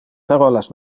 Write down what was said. parolas